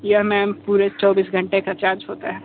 यह मैम पूरे चौबीस घंटे का चार्ज होता है